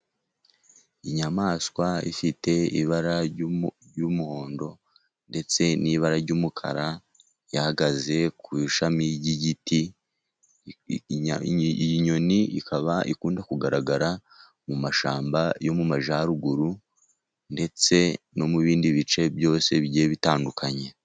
Inyamaswa ifite ibara ry'umuhondo, ndetse n'ibara ry'umukara, ihagaze ku ishami ry'igiti, iyi nyoni ikaba ikunda kugaragara mu mashyamba yo mu Majyaruguru, ndetse no mu bindi bice byose bigiye bitandukanye.